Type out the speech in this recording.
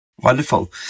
Wonderful